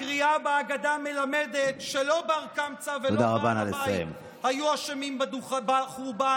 הקריאה באגדה מלמדת שלא בר-קמצא ולא בעל הבית היו אשמים בחורבן,